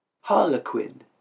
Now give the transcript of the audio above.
Harlequin